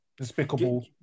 despicable